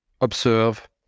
observe